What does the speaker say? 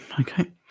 okay